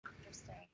interesting